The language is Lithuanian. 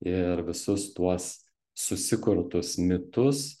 ir visus tuos susikurtus mitus